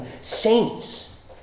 saints